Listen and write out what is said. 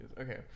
Okay